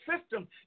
system